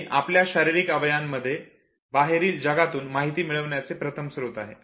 ते आपल्या शारीरिक अवयवांमध्ये बाहेरील जगातुन माहिती मिळविण्याचे प्रथम स्रोत आहे